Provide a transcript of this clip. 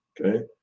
okay